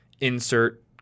insert